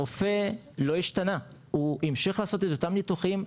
הרופא לא השתנה, הוא המשיך לעשות את אותם ניתוחים.